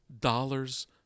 dollars